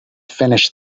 finish